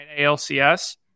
ALCS